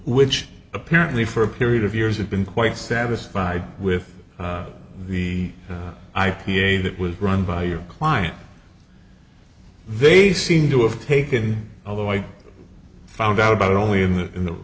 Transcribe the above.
which apparently for a period of years had been quite satisfied with the i p a that was run by your client they seem to have taken although i found out about it only in the in the